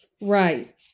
Right